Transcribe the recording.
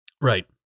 Right